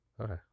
Okay